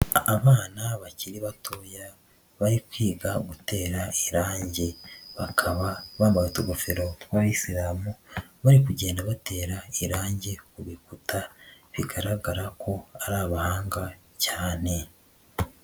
Abana bakiri batoya, bari kwiga gutera irange. Bakaba bambaye utugofero tw'abayisilamu, bari kugenda batera irange ku bikuta, bigaragara ko ari abahanga cyane.